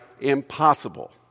impossible